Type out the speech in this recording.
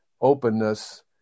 openness